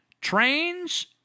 Trains